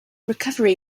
recovery